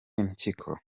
impyiko